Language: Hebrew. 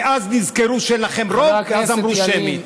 ואז נזכרו שאין לכם רוב ואז אמרו: שמית.